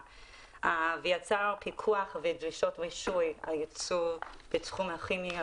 ויצר פיקוח ודרישות רישוי על ייצוא בתחום הכימי,